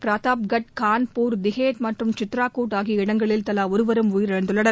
பிரதாப்காக் கான்பூர் டிஹா மற்றும் சித்ரகூட்ட ஆகிய இடங்களில் தலா ஒருவரும் உயிரிழந்துள்ளனர்